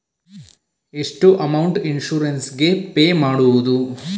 ಎಷ್ಟು amount insurance ಗೇ pay ಮಾಡುವುದು?